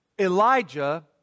Elijah